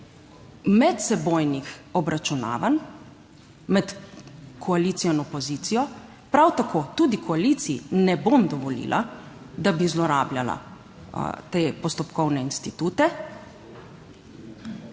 medsebojnih obračunavanj med koalicijo in opozicijo. Prav tako tudi koaliciji ne bom dovolila, da bi zlorabljala te postopkovne institute